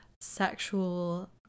sexual